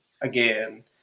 again